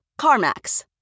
CarMax